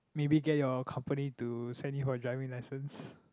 maybe get your company to send you for driving lessons